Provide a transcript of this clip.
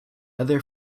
other